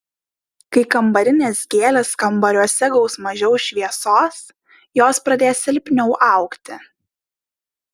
kai kambarinės gėlės kambariuose gaus mažiau šviesos jos pradės silpniau augti